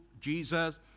Jesus